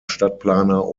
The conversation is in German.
stadtplaner